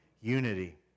unity